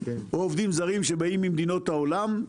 או עובדים זרים שבאים ממדינות העולם.